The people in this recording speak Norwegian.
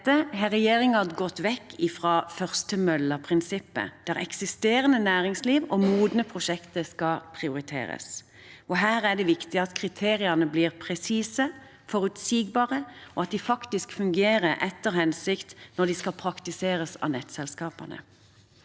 nettet har regjeringen gått vekk fra først-til-mølla-prinsippet, der eksisterende næringsliv og modne prosjekter skal prioriteres. Her er det viktig at kriteriene blir presise og forutsigbare, og at de faktisk fungerer etter hensikten når de skal praktiseres av nettselskapene.